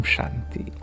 Shanti